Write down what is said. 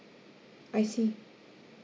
I see